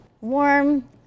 warm